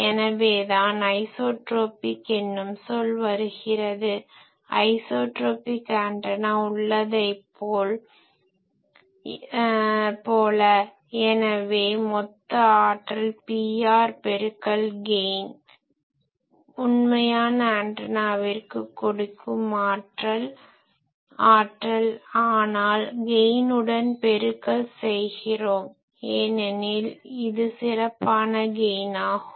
எனவே தான் ஐஸோட்ரோப்பிக் என்னும் சொல் வருகிறது ஐஸோட்ரோப்பிக் ஆன்டனா உள்ளதை போல எனவே மொத்த ஆற்றல் Pr பெருக்கல் கெய்ன் G உண்மையான ஆன்டனாவிற்கு கொடுக்கும் ஆற்றல் ஆனால் கெய்னுடன் பெருக்கல் செய்கிறோம் ஏனெனில் இது சிறப்பான கெய்ன் ஆகும்